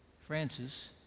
Francis